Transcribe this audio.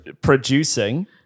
producing